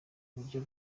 buryo